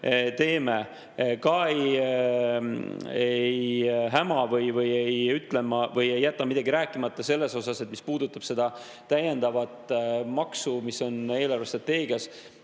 teeme. Ka ei häma või ei jäta ma midagi rääkimata selles osas, mis puudutab seda täiendavat maksu, mis on eelarvestrateegias